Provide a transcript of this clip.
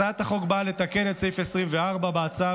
הצעת החוק באה לתקן את סעיף 24 בהצעה.